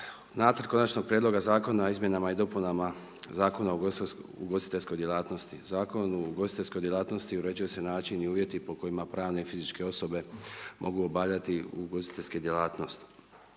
Nacrt konačnog prijedloga Zakona izmjenama i dopunama Zakona o ugostiteljskoj djelatnosti, Zakon o ugostiteljskoj djelatnosti uređuje se način i uvjeti po kojima pravne i fizičke osobe mogu obavljati ugostiteljske djelatnosti.